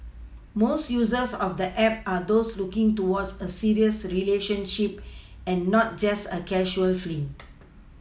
most users of the app are those looking towards a serious relationship and not just a casual fling